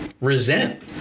resent